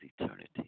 eternity